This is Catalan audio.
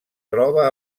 troba